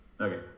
Okay